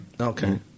Okay